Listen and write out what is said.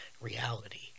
reality